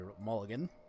mulligan